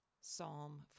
Psalm